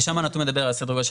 ושם הנתון מדבר על סדר גודל של